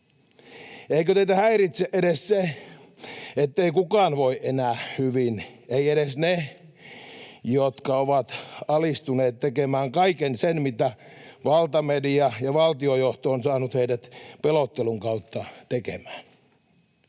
Eikö teitä häiritse edes se, ettei kukaan voi enää hyvin, eivät edes ne, jotka ovat alistuneet tekemään kaiken sen, mitä valtamedia ja valtiojohto ovat saaneet heidät pelottelun kautta tekemään?